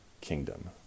kingdom